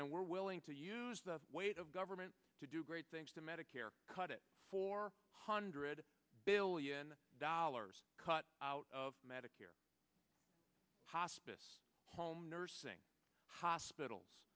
and were willing to use the weight of government to do great things to medicare cut it four hundred billion dollars cut out of medicare hospice home nursing hospitals